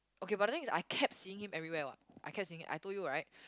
okay but the thing I kept seeing him everywhere what I kept seeing I told you right